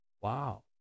Wow